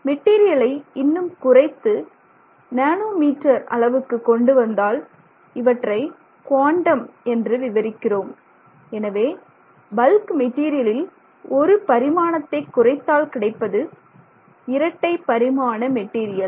material இன்னும் குறைத்து nanometre அளவுக்கு கொண்டு வந்தால் இவற்றை குவாண்டம் என்று விவரிக்கிறோம் எனவே பல்க் மெட்டீரியலில் ஒரு பரிமாணத்தைக் குறைத்தால் கிடைப்பது இரட்டை பரிமாண மெட்டீரியல்